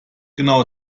genau